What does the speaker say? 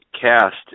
cast